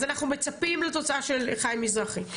אז אנחנו מצפים לתוצאה של חיים מזרחי.